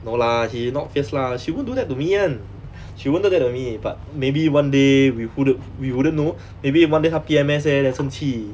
no lah she not fierce lah she won't do that to me [one] she won't do that to me but maybe one day we who~ we wouldn't know maybe one day 她 P_M_S leh then 生气